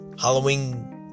Halloween